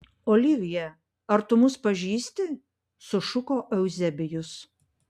olivija ar tu mus pažįsti sušuko euzebijus